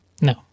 No